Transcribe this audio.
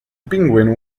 penguin